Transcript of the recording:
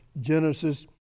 Genesis